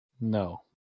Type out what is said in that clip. No